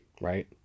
right